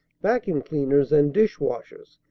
vacuum cleaners and dish-washers,